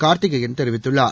கார்த்திகேயன் தெரிவித்துள்ளார்